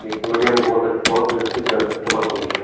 ठीक है सिमरिया में बहुत बहुत अच्छी तरह सब समर्थ हो गया है नहीं